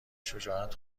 شجاعت